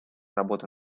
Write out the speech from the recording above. работа